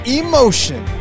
emotion